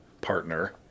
partner